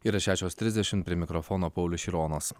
yra šešios trisdešimt prie mikrofono paulius šironas